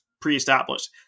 pre-established